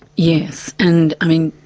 yes and i mean,